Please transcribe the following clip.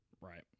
Right